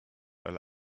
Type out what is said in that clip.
alle